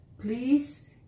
Please